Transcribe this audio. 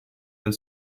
del